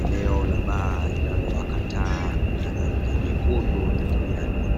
Eneo la baa linalowaka taa la rangi nyekundu na kijani.